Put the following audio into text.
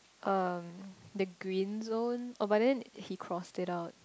um the green zone oh but the he crossed it out